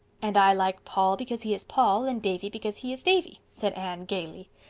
and i like paul because he is paul and davy because he is davy, said anne gaily.